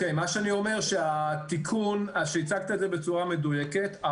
אני אומר שהצגת את התיקון בצורה מדויקת.